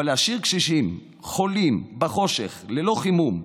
אבל להשאיר קשישים חולים בחושך, ללא חימום,